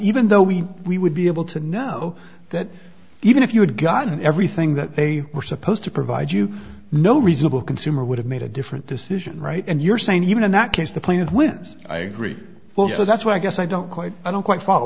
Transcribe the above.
even though we we would be able to know that even if you had gotten everything that they were supposed to provide you no reasonable consumer would have made a different decision right and you're saying even in that case the plaintiff wins i agree well so that's why i guess i don't quite i don't quite f